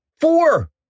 four